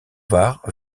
var